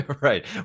right